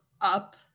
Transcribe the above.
up